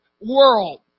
world